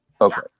okay